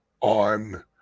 on